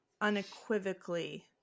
unequivocally